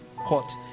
hot